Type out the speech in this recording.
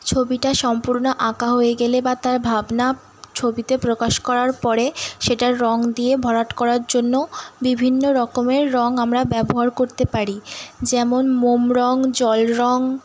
ছবিটা সম্পূর্ণ আঁকা হয়ে গেলে বা তার ভাবনা ছবিতে প্রকাশ করার পরে সেটার রঙ দিয়ে ভরাট করার জন্য বিভিন্ন রকমের রঙ আমরা ব্যবহার করতে পারি যেমন মোম রঙ জল রঙ